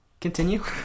Continue